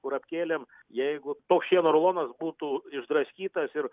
kurapkėlėm jeigu toks šieno rulonas būtų išdraskytas ir